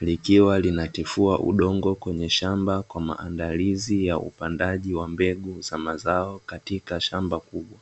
Likiwa linatifua udongo kwenye shamba, kwa maandalizi ya upandaji wa mbegu za mazao katika shamba kubwa.